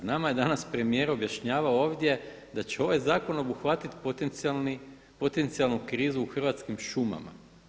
Nama je danas premijer objašnjavao ovdje da će ovaj zakon obuhvatiti potencijalnu krizu u Hrvatskim šumama.